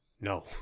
no